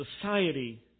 society